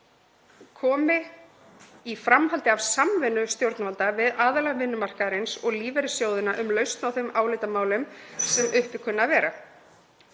komi í framhaldi af samvinnu stjórnvalda við aðila vinnumarkaðarins og lífeyrissjóðanna um lausn á þeim álitamálum sem uppi kunna að vera.